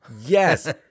Yes